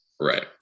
Right